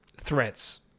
threats